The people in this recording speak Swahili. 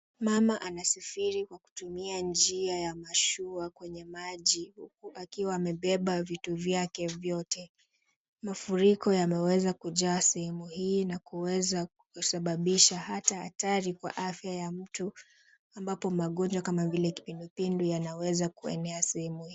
Mama anasafiri kwa kutumia njia ya mashua kwenye maji huku akiwa amebeba vitu vyake vyote. Mafuriko yameweza kujaa sehemu hii na kuweza kusababisha hata hatari kwa afya ya mtu ambapo magonjwa kama vile kipindupindu yanaweza kuenea sehemu hii.